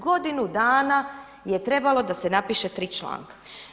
Godinu dana je trebalo da se napiše 3 članka.